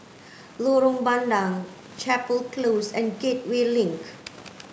Lorong Bandang Chapel Close and Gateway Link